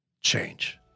change